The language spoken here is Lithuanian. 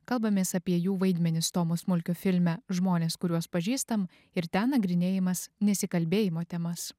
kalbamės apie jų vaidmenis tomu smulkiu filme žmonės kuriuos pažįstam ir ten nagrinėjimas nesikalbėjimo temas